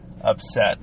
upset